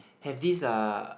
have this uh